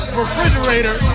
refrigerator